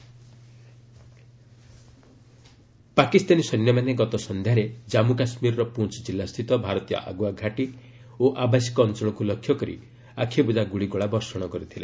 JK ceasefire violation Pakistani ସୈନ୍ୟମାନେ ଗତ ସନ୍ଧ୍ୟାରେ ଜାମ୍ମୁ କାଶ୍ମୀର ପୁଞ୍ ଜିଲ୍ଲାସ୍ଥିତ ଭାରତୀୟ ଆଗୁଆ ଘାଟି ଓ ଆବାସିକ ଅଞ୍ଚଳକୁ ଲକ୍ଷ୍ୟ କରି ଆଖିବୁଜା ଗୁଳିଗୋଳା ବର୍ଷଣ କରିଥିଲେ